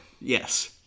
Yes